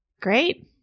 Great